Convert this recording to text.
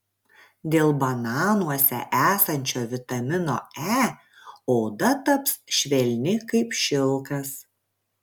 dėl bananuose esančio vitamino e oda taps švelni kaip šilkas